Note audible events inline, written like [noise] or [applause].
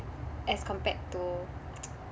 as compared to [noise]